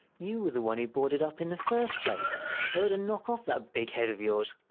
you were the one who brought it up in the first place! i oughta knock off that big head of yours!